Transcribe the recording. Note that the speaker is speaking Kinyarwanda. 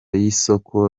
y’isoko